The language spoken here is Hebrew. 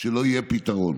שלא יהיה פתרון.